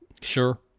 Sure